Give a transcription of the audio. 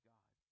God